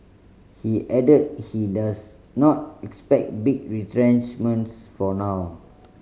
he added he does not expect big retrenchments for now